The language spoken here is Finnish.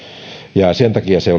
ja sen takia se